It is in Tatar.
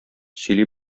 сөйли